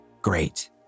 Great